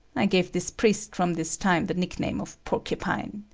i gave this priest from this time the nickname of porcupine.